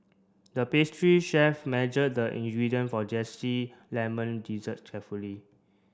the pastry chef measured the ingredient for zesty lemon dessert carefully